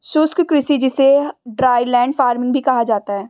शुष्क कृषि जिसे ड्राईलैंड फार्मिंग भी कहा जाता है